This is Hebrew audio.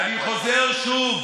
ואני חוזר שוב: